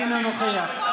אתם גם אנשים אכזריים.